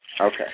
Okay